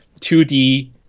2D